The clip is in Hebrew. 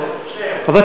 איך אתה